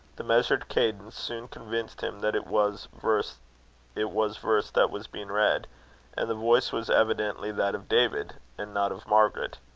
the measured cadence soon convinced him that it was verse it was verse that was being read and the voice was evidently that of david, and not of margaret.